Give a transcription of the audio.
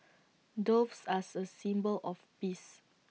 doves as A symbol of peace